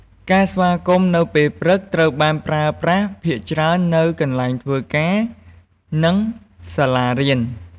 ការស្វាគមន៍នៅពេលព្រឹក ត្រូវបានប្រើប្រាស់ភាគច្រើននៅកន្លែងធ្វើការ និងសាលារៀន។